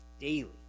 daily